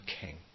king